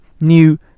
new